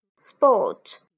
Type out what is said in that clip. Sport